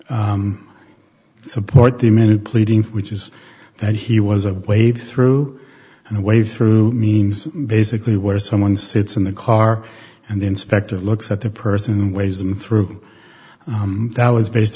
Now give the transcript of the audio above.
to support the amended pleading which is that he was a way through and the way through means basically where someone sits in the car and the inspector looks at the person ways and through that was based